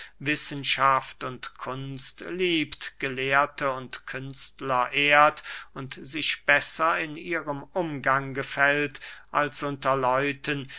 wissenschaft und kunst liebt gelehrte und künstler ehrt und sich besser in ihrem umgang gefällt als unter leuten